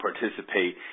participate